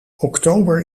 oktober